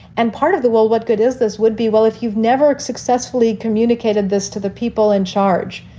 and part of the well, what good is this would be? well, if you've never successfully communicated this to the people in charge,